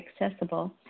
accessible